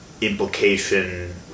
implication